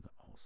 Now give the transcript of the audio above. aus